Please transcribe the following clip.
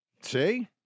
See